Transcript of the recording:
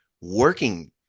working